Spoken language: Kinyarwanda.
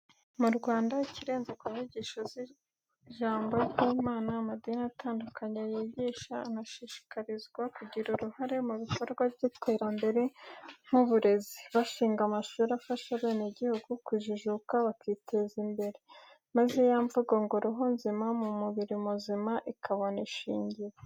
Mu Rwanda, ikirenze ku nyigisho z'ijambo ry'Imana amadini atandukanye yigisha, anashishikarizwa kugira uruhare mu bikorwa by'iterambere nk'uburezi, bashinga amashuri afasha abenegihugu kujijuka, bakiteza imbere, maze ya mvugo ngo: "Roho nzima mu mubiri muzima," ikabona ishingiro.